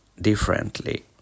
differently